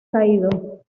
caído